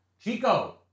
Chico